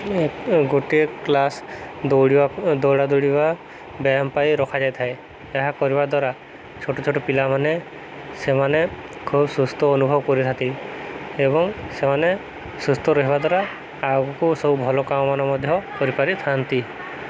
ଗୋଟିଏ କ୍ଲାସ୍ ଦୌଡ଼ିବା ଦୌଡ଼ ଦୌଡ଼ିବା ବ୍ୟାୟାମ ପାଇଁ ରଖାଯାଇଥାଏ ଏହା କରିବା ଦ୍ୱାରା ଛୋଟ ଛୋଟ ପିଲାମାନେ ସେମାନେ ଖୁବ୍ ସୁସ୍ଥ ଅନୁଭବ କରିଥାନ୍ତି ଏବଂ ସେମାନେ ସୁସ୍ଥ ରହିବା ଦ୍ୱାରା ଆଗକୁ ସବୁ ଭଲ କାମମାନେ ମଧ୍ୟ କରିପାରିଥାନ୍ତି